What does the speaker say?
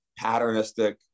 patternistic